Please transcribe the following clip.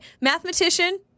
Mathematician